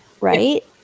Right